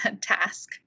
task